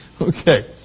Okay